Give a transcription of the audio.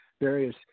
various